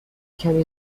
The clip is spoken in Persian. کمی